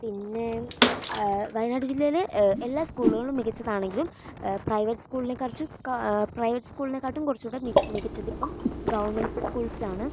പിന്നെ വയനാട് ജില്ലയിലെ എല്ലാ സ്കൂളുകളും മികച്ചതാണെങ്കിലും പ്രൈവറ്റ് സ്കൂളിനേക്കാട്ടും കുറച്ചുകൂടി മികച്ചതിപ്പം ഗവൺമെന്റ് സ്കൂൾസ് ആണ്